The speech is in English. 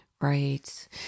Right